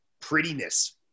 prettiness